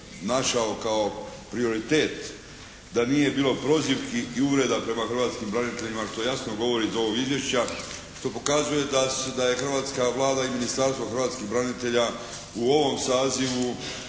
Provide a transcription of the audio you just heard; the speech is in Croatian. našao kao prioritet. Da nije bilo prozivki i uvreda prema hrvatskim braniteljima što jasno govori iz ovog izvješća što pokazuje da je hrvatska Vlada i Ministarstvo hrvatskih branitelja u ovom sazivu